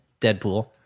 Deadpool